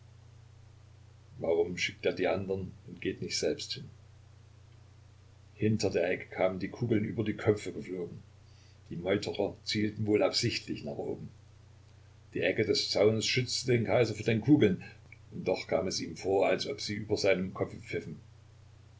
warum schickt er die andern und geht nicht selbst hin hinter der ecke kamen die kugeln über die köpfe geflogen die meuterer zielten wohl absichtlich nach oben die ecke des zaunes schützte den kaiser vor den kugeln und doch kam es ihm vor als ob sie über seinem kopfe pfiffen